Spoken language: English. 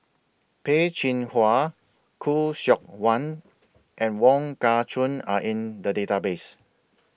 Peh Chin Hua Khoo Seok Wan and Wong Kah Chun Are in The Database